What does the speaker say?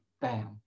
Bam